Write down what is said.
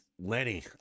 lenny